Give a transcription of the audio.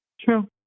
True